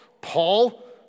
Paul